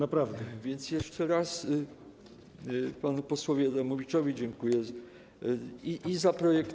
A więc jeszcze raz panu posłowi Adamowiczowi dziękuję za projekt.